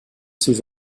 ses